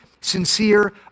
sincere